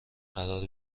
قرار